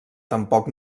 tampoc